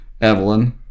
Evelyn